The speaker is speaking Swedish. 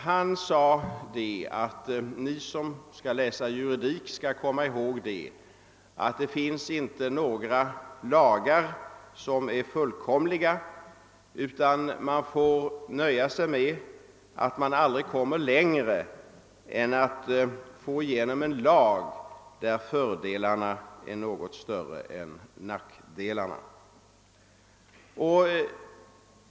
Han sade att de som läser juridik skall komma ihåg att det inte finns några lagar som är fullkomliga, utan man får nöja sig med att aldrig komma längre än till att få igenom en lag där fördelarna är större än nackdelarna.